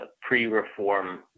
pre-reform